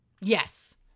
Yes